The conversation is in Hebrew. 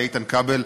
לאיתן כבל,